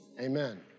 amen